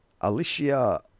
Alicia